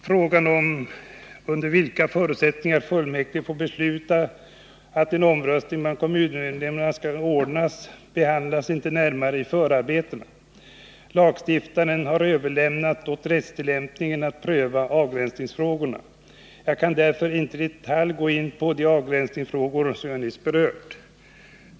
Frågan om under vilka förutsättningar fullmäktige får besluta att en omröstning bland kommunmedlemmarna skall anordnas behandlas inte närmare i förarbetena. Lagstiftaren har överlämnat åt rättstillämpningen att pröva avgränsningsfrågorna. Jag kan därför inte i detalj gå in på de avgränsningsfrågor som jag nyss har berört.